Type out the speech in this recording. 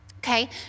Okay